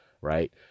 Right